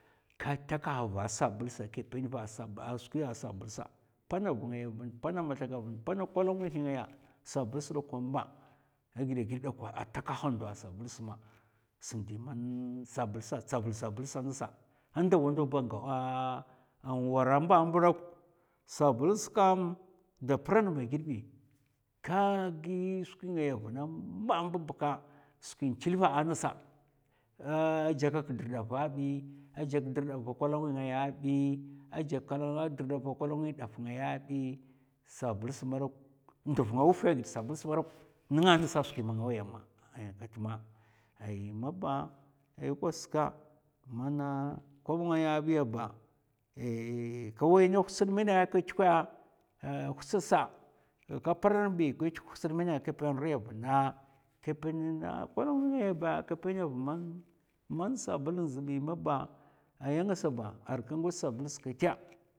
Ka takaha va sabl sa ka pèn va skwi a sabl sa panav ngaya vin, pana mathak, pana kolonkwi hè ngaya sabls dakwa mba aghidè ghidè dakwa a takaha ndo sabl sa ma sam di man sabl sa tsavul sabl sa ngasa. A ndawa ndawa an wara mbam dok sabls kam da pran va ghid bi, ka gi skwi ngaya vna mbam mba bka skwin tèl va a ngasa a jakak drdda va bi a jak rdda va kolonkwi ngaya bi, a jak rdda va kolonkwi daf ngaya bi sabls dok nduv nga wufè ghid sabls madok nènga ngasa skwi ma nga waya ma ay kat ma, ay maba ai kwas ka mana kob ngaya biya ba ay ka wai na hu'tsèd mèna aka tèkwè ah hu'tsèd sa ka pran bi ka tèkwè hu'tsèd mèna aka pèn riya vna ka pèn na kolonkwi ngaya ba ka pèna vna man sabl inzbi maba ay ngasa arai ka gwats sabls kètè,